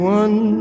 one